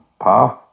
path